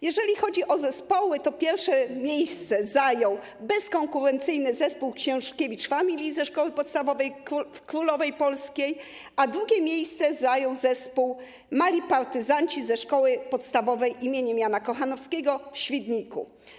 Jeżeli chodzi o zespoły, to pierwsze miejsce zajął bezkonkurencyjny zespół Książkiewicz Family ze Szkoły Podstawowej w Królowej Polskiej, a drugie miejsce zajął zespół Mali Partyzanci ze Szkoły Podstawowej im. Jana Kochanowskiego w Świdniku.